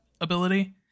ability